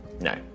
No